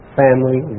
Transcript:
family